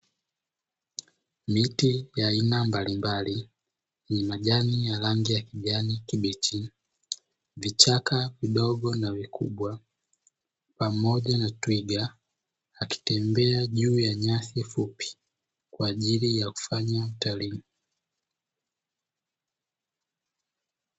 Miti ya aina mbalimbali ya rangi ya kijani kibichi, vichaka vidogo na vikubwa pamoja na twiga akitembea juu ya nyasi fupi kwajili ya kufanya utalii.